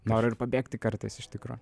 noro ir pabėgti kartais iš tikro